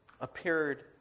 appeared